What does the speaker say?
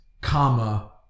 comma